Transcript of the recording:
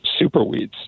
superweeds